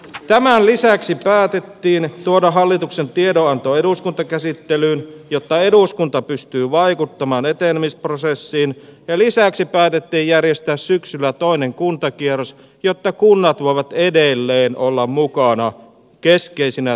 tämän lisäksi päätettiin tuoda hallituksen tiedonanto eduskuntakäsittelyyn jotta eduskunta pystyy vaikuttamaan etenemisprosessiin ja lisäksi päätettiin järjestää syksyllä toinen kuntakierros jotta kunnat voivat edelleen olla mukana keskeisinä toimijoina kuntauudistuksessa